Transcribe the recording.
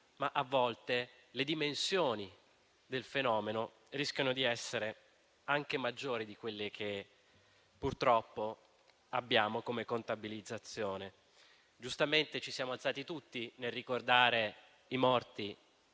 ma a volte le dimensioni del fenomeno rischiano di essere anche maggiori di quelle contabilizzate. Giustamente, ci siamo alzati tutti nel ricordare i morti